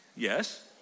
Yes